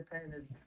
painted